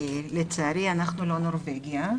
לצערי אנחנו לא נורבגיה,